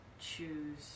choose